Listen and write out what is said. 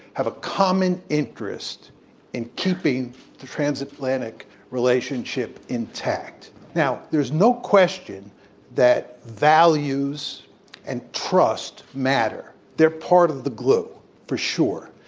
have a common interest in keeping the transatlantic relationship intact. now, there's no question that values and trust matter. they're part of the glue for sure.